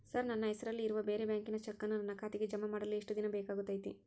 Sir ನನ್ನ ಹೆಸರಲ್ಲಿ ಇರುವ ಬೇರೆ ಬ್ಯಾಂಕಿನ ಚೆಕ್ಕನ್ನು ನನ್ನ ಖಾತೆಗೆ ಜಮಾ ಮಾಡಲು ಎಷ್ಟು ದಿನ ಬೇಕಾಗುತೈತಿ?